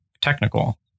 technical